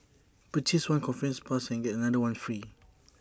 purchase one conference pass and get another one free